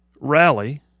rally